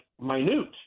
minute